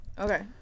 Okay